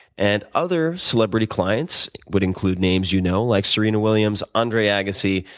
and other celebrity clients would include names you know like serena williams, andre agassi,